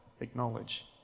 acknowledge